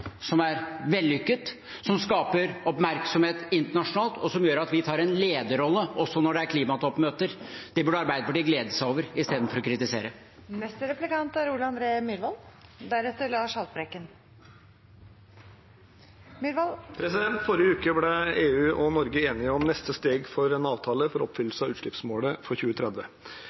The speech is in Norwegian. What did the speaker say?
som er vellykket, som skaper oppmerksomhet internasjonalt, og som gjør at vi tar en lederrolle, også når det er klimatoppmøter. Det burde Arbeiderpartiet glede seg over istedenfor å kritisere. Forrige uke ble EU og Norge enige om neste steg for en avtale for oppfyllelse av utslippsmålet for 2030.